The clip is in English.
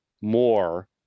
more